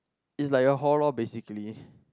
it's like your hall lor basically